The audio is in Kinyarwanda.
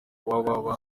www